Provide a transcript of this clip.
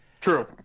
true